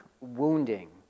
wounding